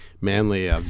manly